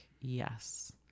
yes